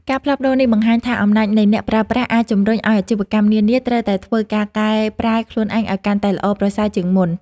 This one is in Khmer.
ការផ្លាស់ប្តូរនេះបង្ហាញថាអំណាចនៃអ្នកប្រើប្រាស់អាចជម្រុញឲ្យអាជីវកម្មនានាត្រូវតែធ្វើការកែប្រែខ្លួនឯងឲ្យកាន់តែល្អប្រសើរជាងមុន។